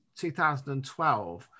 2012